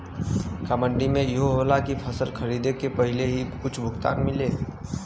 का मंडी में इहो होला की फसल के खरीदे के पहिले ही कुछ भुगतान मिले?